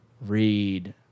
read